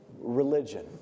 religion